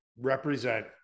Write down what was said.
represent